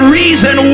reason